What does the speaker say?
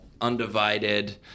undivided